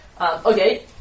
Okay